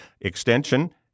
Extension